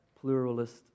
pluralist